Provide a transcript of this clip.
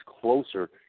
closer